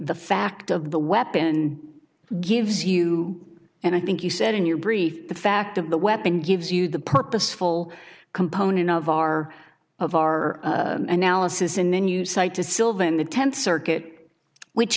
the fact of the weapon gives you and i think you said in your brief the fact of the weapon gives you the purposeful component of our of our analysis and then you cite to sylvan the tenth circuit which